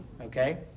okay